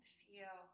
feel